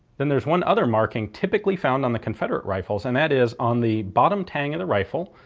then there's one other marking typically found on the confederate rifles, and that is on the bottom tang of the rifle,